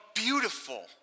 Beautiful